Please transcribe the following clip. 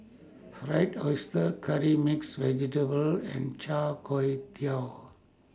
Fried Oyster Curry Mixed Vegetable and Char Kway Teow